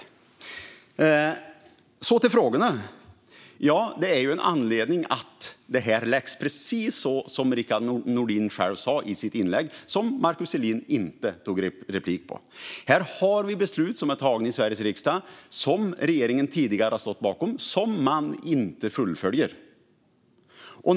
När det gäller frågorna finns det en anledning till att utskottsinitiativet läggs fram precis så som Rickard Nordin själv sa i sitt inlägg, vilket Markus Selin inte tog replik på. Här har vi beslut som är tagna i Sveriges riksdag, som regeringen tidigare har stått bakom och som man inte fullföljer.